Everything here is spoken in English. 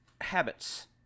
habits